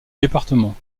département